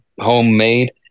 homemade